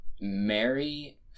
mary